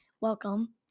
welcome